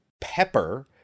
Pepper